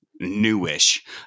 newish